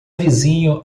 vizinho